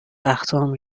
وقتام